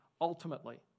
ultimately